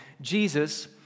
Jesus